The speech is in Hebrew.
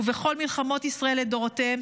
-- ובכל מלחמות ישראל לדורותיהן?